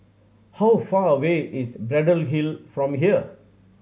how far away is Braddell Hill from here